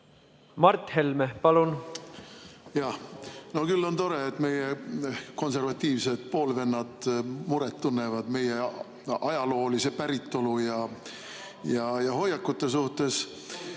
Mart Helme, palun! Jah. No küll on tore, et meie konservatiivsed poolvennad tunnevad muret meie ajaloolise päritolu ja hoiakute pärast.